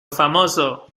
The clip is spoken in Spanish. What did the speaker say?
famoso